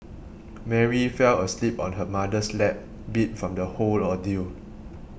Mary fell asleep on her mother's lap beat from the whole ordeal